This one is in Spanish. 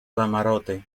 camarote